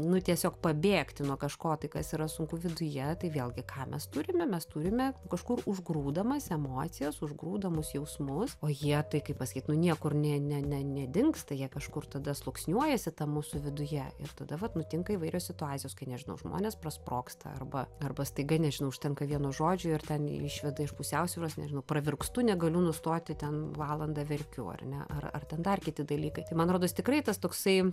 nu tiesiog pabėgti nuo kažko tai kas yra sunku viduje tai vėlgi ką mes turime mes turime kažkur užgrūdamas emocijos užgrūdamus jausmus o jie tai kaip pasakyt nu niekur ne ne ne nedingsta jie kažkur tada sluoksniuojasi tam mūsų viduje ir tada vat nutinka įvairios situacijos kai nežinau žmonės prasprogsta arba arba staiga nežinau užtenka vieno žodžio ir ten išveda iš pusiausvyros nežinau pravirkstu negaliu nustoti ten valandą verkiu ar ne ar ar ten dar kiti dalykai tai man rodos tikrai tas toksai